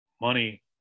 money